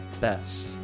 best